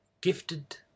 gifted